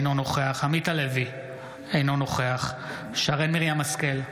אינו נוכח עמית הלוי, אינו נוכח שרן מרים השכל,